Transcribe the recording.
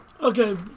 okay